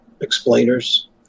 explainers